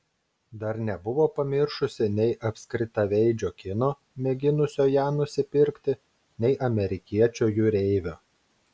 dar nebuvo pamiršusi nei apskritaveidžio kino mėginusio ją nusipirkti nei amerikiečio jūreivio